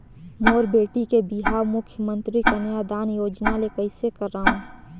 मोर बेटी के बिहाव मुख्यमंतरी कन्यादान योजना ले कइसे करव?